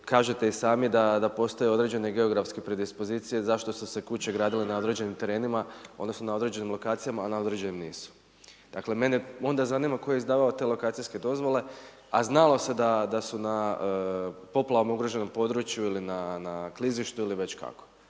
kažete i sami da postoje određene geografske predispozicije zašto su se kuće gradile na određenim terenima, odnosno na određenim lokacijama a na određenim nisu. Dakle mene onda zanima tko je izdavao te lokacijske dozvole a znalo se da su na poplavama ugroženom području ili na klizištu ili već kako.